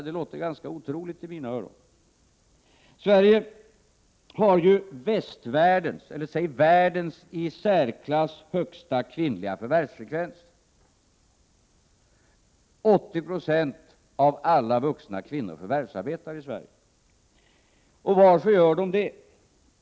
Det låter ganska otroligt i mina öron. Sverige har) ju västvärldens, eller världens, i särklass högsta kvinnliga förvärvsfrekvens. 80 90 av alla vuxna kvinnor i Sverige förvärvsarbetar. Varför gör de det?